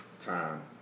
time